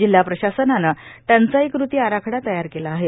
जिल्हा प्रशासनाने टंचाई कृती आराखडा तयार केला आहे